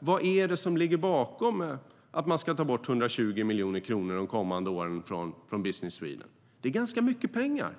om vad som ligger bakom att man vill ta bort 120 miljoner från Business Sweden de kommande åren. Det är ganska mycket pengar.